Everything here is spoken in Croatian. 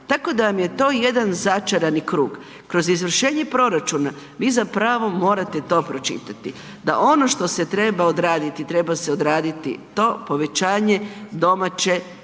Tako da vam je to jedan začarani krug. Kroz izvršenje proračuna vi zapravo morate to pročitati da ono što se treba odraditi, treba se odraditi to povećanje domaće